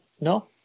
No